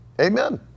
amen